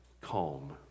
Calm